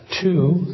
two